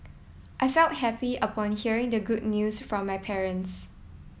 I felt happy upon hearing the good news from my parents